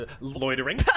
loitering